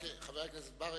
חבר הכנסת ברכה,